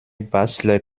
bastler